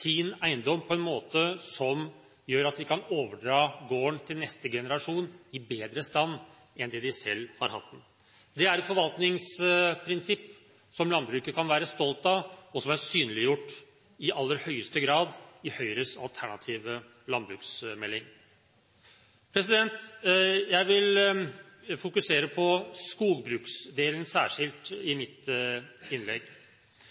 sin eiendom på en måte som gjør at de kan overdra gården til neste generasjon i bedre stand enn når de selv har hatt den. Det er et forvaltningsprinsipp som landbruket kan være stolt av, og som i aller høyeste grad er synliggjort i Høyres alternative landbruksmelding. Jeg vil fokusere på skogbruksdelen, særskilt, i mitt innlegg.